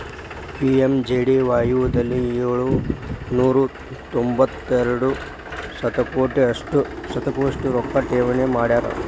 PMJDY ದಲ್ಲಿ ಏಳು ನೂರ ತೊಂಬತ್ತೆರಡು ಶತಕೋಟಿ ಅಷ್ಟು ರೊಕ್ಕ ಠೇವಣಿ ಮಾಡ್ಯಾರ